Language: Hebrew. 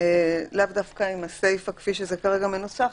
לאו דווקא עם הסיפא כפי שזה כרגע מנוסח,